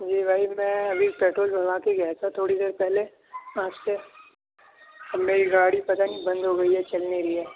جی بھائی ابھی میں ابھی پیٹرول بھروا کے گیا تھا تھوڑی دیر پہلے آپ سے اب میری گاڑی پتا نہیں بند ہو گئی ہے چل نہیں رہی ہے